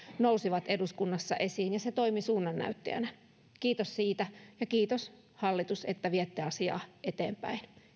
nousivat eduskunnassa esiin ja se toimi suunnannäyttäjänä kiitos siitä ja kiitos hallitus että viette asiaa eteenpäin